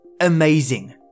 Amazing